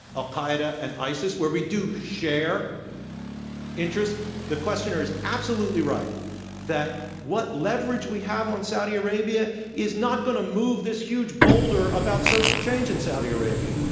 al-qaeda, and isis, where we do share the questioner is absolutely right that what leverage we have on saudi arabia is not going to move this huge boulder about social change in saudi arabia.